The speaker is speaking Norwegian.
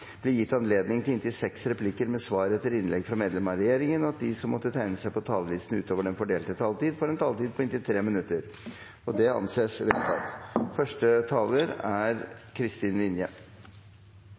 blir gitt anledning til inntil seks replikker med svar etter innlegg fra medlemmer av regjeringen, og at de som måtte tegne seg på talerlisten utover den fordelte taletid, får en taletid på inntil 3 minutter. – Det anses vedtatt.